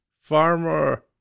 Farmer